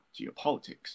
geopolitics